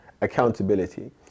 accountability